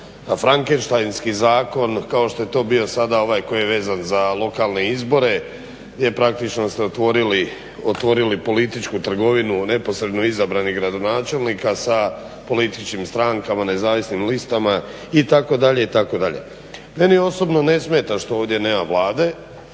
Frankensteiski zakon kao što je to bio sada ovaj koji je vezan za lokalne izbore, je, praktično ste otvorili, otvorili političku trgovinu neposredno izabranih gradonačelnika sa političkim strankama, nezavisnim listama itd., itd.. Meni osobno ne smeta što ovdje nema Vlade,